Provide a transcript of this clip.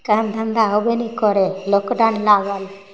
काम धन्धा होबे नहि करय लॉकडाउन लागल